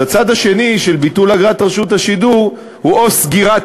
אז הצד השני של ביטול אגרת רשות השידור הוא או סגירת